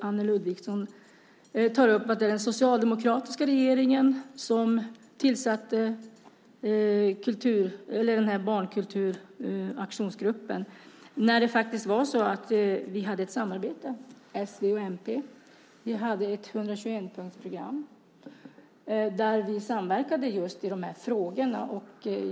Anne Ludvigsson tar upp att det är den socialdemokratiska regeringen som tillsatte barnkulturaktionsgruppen. Det var faktiskt så att vi hade ett samarbete s, v och mp. Vi hade ett 121-punktsprogram, där vi samverkade i just de här frågorna.